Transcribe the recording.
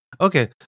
Okay